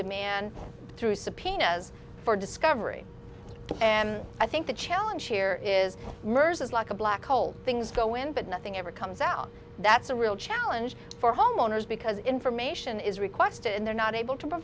demand through subpoenas for discovery and i think the challenge here is mers is like a black hole things go in but nothing ever comes out that's a real challenge for homeowners because information is requested and they're not able to